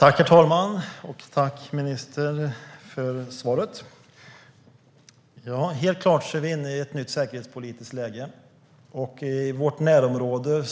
Herr talman! Jag tackar ministern för svaret. Helt klart är vi inne i ett nytt säkerhetspolitiskt läge. I vårt närområde